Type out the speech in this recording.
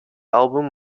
album